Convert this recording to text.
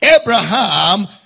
Abraham